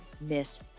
miss